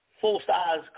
full-size